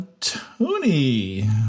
Tony